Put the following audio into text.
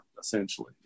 essentially